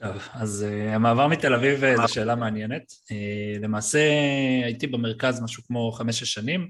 טוב, אז המעבר מתל אביב זו שאלה מעניינת. למעשה הייתי במרכז משהו כמו חמש-שש שנים.